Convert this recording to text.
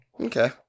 Okay